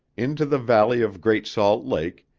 into the valley of great salt lake,